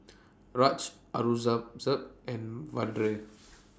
Raj Aurangzeb and Vedre